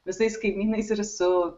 visais kaimynais ir su